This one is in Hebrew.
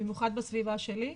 במיוחד בסביבה שלי,